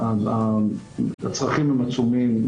הצרכים הם עצומים.